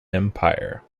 empire